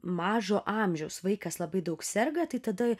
mažo amžiaus vaikas labai daug serga tai tada